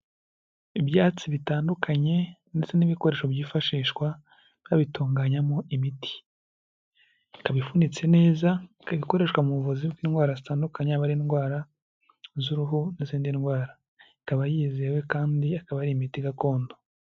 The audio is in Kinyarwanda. Ibyatsi bitandukanye ndetse n'ibikoresho byifashishwa babitunganyamo imiti. Ikaba ifunitse neza, ikaba ikoreshwa mu buvuzi bw'indwara zitandukanye yaba indwara z'uruhu n'izindi ndwara, ikaba yizewe kandi ikaba ari imiti gakondo.